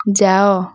ଯାଅ